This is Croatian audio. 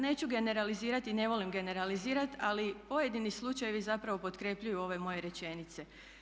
Neću generalizirati, ne volim generalizirati ali pojedini slučajevi zapravo potkrjepljuju ove moje rečenice.